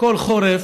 כל חורף,